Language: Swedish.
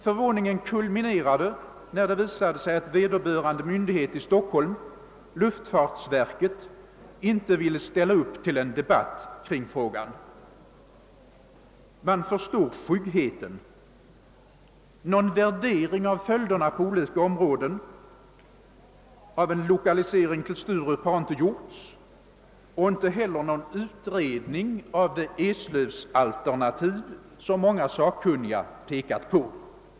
Förvåningen kulminerade när det visade sig att vederbörande myndighet i Stockholm, luftfartsverket, inte ville ställa upp till en debatt kring frågan. Man förstår skyggheten. Någon värdering av följderna på olika områden av en lokalisering till Sturup har inte gjorts och inte heller någon utredning av det eslövsalternativ som många sakkunniga pekat på.